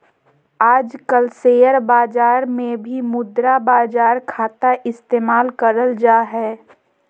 आजकल शेयर बाजार मे भी मुद्रा बाजार खाता इस्तेमाल करल जा हय